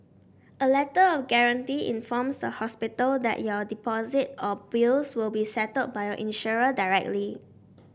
a Letter of Guarantee informs the hospital that your deposit or bills will be settled by your insurer directly